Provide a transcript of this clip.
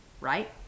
right